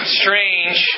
strange